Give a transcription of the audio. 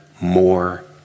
more